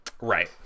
Right